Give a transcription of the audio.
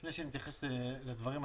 לפני שנתייחס לדברים,